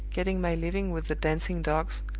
getting my living with the dancing dogs